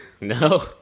No